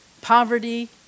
Poverty